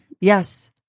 Yes